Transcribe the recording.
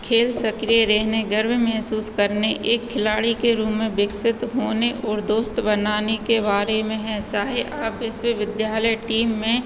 खेल सक्रिय रहने गर्व महसूस करने एक खिलाड़ी के रूप में विकसित होने ओर दोस्त बनाने के बारे में है चाहे आप इसपे विद्यालय टीम में